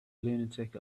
lunatic